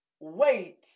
wait